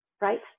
right